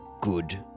good